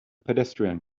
pedestrian